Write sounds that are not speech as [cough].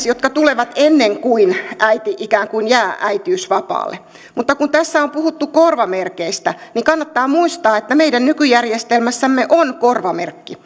[unintelligible] jotka tulevat ennen kuin äiti jää äitiysvapaalle arvoisa puhemies mutta kun tässä on puhuttu korvamerkeistä niin kannattaa muistaa että meidän nykyjärjestelmässämme on korvamerkki [unintelligible]